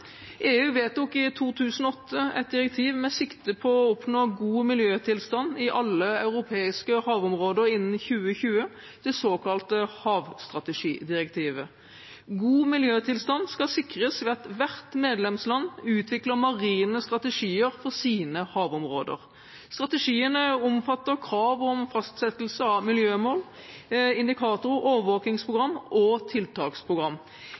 EU vedtok i 2008 et direktiv med sikte på å oppnå god miljøtilstand i alle europeiske havområder innen 2020, det såkalte havstrategidirektivet. God miljøtilstand skal sikres ved at hvert medlemsland utvikler marine strategier for sine havområder. Strategien omfatter krav om fastsettelse av miljømål, indikatorer, overvåkingsprogram og tiltaksprogram.